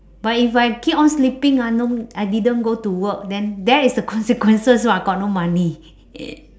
but if I keep on sleeping ah no I didn't go to work then that is the consequences [what] got no money